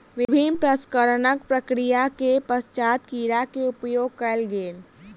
विभिन्न प्रसंस्करणक प्रक्रिया के पश्चात कीड़ा के उपयोग कयल गेल